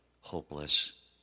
hopeless